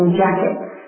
jackets